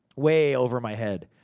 way over my head.